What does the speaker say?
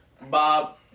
Bob